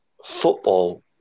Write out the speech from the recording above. football